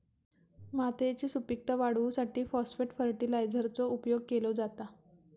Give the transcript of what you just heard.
मातयेची सुपीकता वाढवूसाठी फाॅस्फेट फर्टीलायझरचो उपयोग केलो जाता